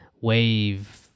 wave